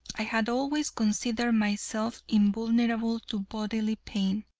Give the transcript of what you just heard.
i had always considered myself invulnerable to bodily pain,